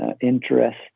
interest